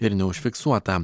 ir neužfiksuota